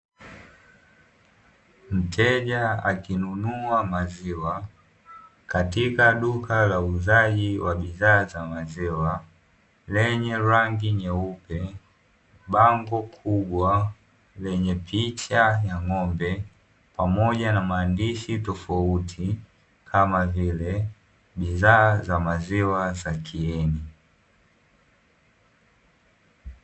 Mteja akinunua maziwa katika duka la uuzaji wa bidhaa za maziwa lenye rangi nyeupe, bango kubwa lenye picha ya ng'ombe pamoja na maandishi tofauti, kama vile bidhaa za maziwa Za khieni